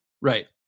right